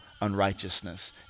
unrighteousness